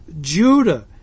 Judah